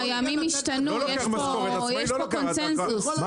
הימים השתנו, ויש פה קונצנזוס.